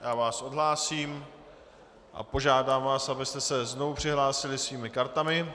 Já vás odhlásím a požádám vás, abyste se znovu přihlásili svými kartami.